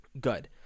Good